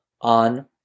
on